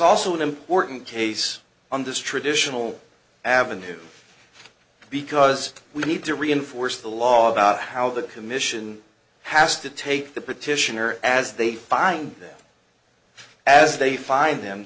an important case on this traditional avenue because we need to reinforce the law about how the commission has to take the petitioner as they find them as they find them